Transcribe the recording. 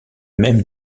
même